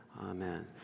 Amen